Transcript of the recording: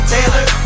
Taylor